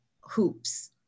hoops